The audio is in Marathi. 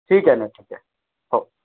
ठीक आहे ना ठीक आहे हो